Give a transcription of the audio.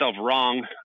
wrong